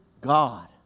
God